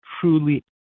truly